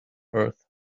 earth